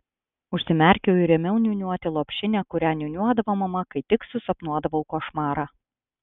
užsimerkiau ir ėmiau niūniuoti lopšinę kurią niūniuodavo mama kai tik susapnuodavau košmarą